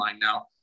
now